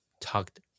talked